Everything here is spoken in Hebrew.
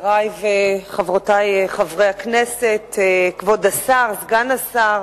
חברי וחברותי חברי הכנסת, כבוד השר, סגן השר,